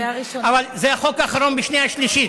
אבל זה החוק האחרון בשנייה ושלישית.